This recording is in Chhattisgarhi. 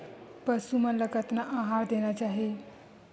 पशु मन ला कतना आहार देना चाही?